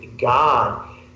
God